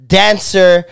dancer